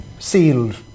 sealed